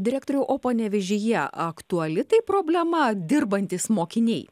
direktoriau o panevėžyje aktuali tai problema dirbantys mokiniai